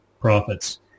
profits